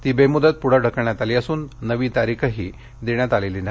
ती बेमुदत पुढे ढकलण्यात आली असून नवी तारिखही देण्यात आलेली नाही